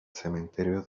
cementerio